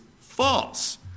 false